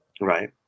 Right